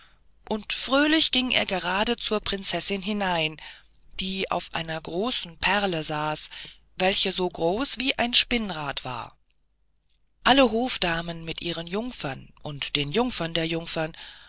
und fröhlich ging er gerade zur prinzessin hinein die auf einer großen perle saß welche so groß wie ein spinnrad war alle hofdamen mit ihren jungfern und den jungfern der jungfern